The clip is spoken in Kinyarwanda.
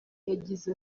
yagize